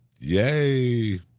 Yay